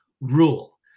rule